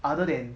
other than